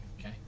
Okay